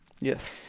Yes